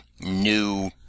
new